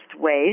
ways